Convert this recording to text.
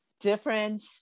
different